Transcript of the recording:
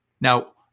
Now